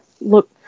look